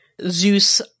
Zeus